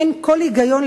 אין כל היגיון,